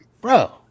Bro